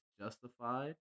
justified